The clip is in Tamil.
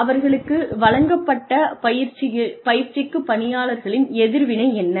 அவர்களுக்கு வழங்கப்பட்ட பயிற்சிக்கு பணியாளர்களின் எதிர்வினை என்ன